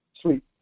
Sweet